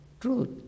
truth